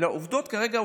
העובדות כרגע,